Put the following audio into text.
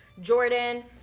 Jordan